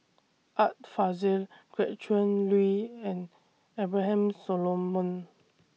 Art Fazil Gretchen Liu and Abraham Solomon